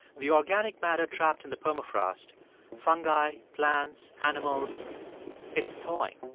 the organic matter trapped in the permafrost fungi, plants, animals it's thawing.